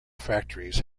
factories